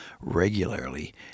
regularly